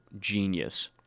genius